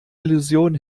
illusion